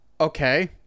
okay